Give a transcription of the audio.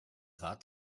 rat